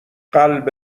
قلب